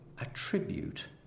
attribute